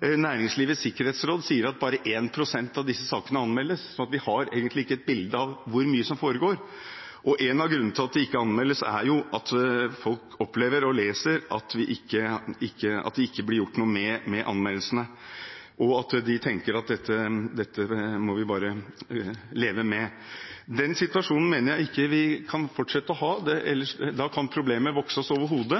Næringslivets Sikkerhetsråd sier at bare 1 pst. av disse sakene anmeldes, slik at vi har egentlig ikke et bilde av hvor mye som foregår. En av grunnene til at det ikke anmeldes, er jo at folk opplever, og leser, at det ikke blir gjort noe med anmeldelsene – de tenker at dette må de bare leve med. Den situasjonen mener jeg vi ikke kan fortsette å ha, da kan problemet vokse oss over hodet.